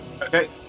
okay